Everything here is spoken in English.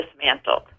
dismantled